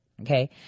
Okay